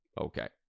Okay